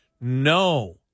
no